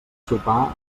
sopar